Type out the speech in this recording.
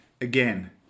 again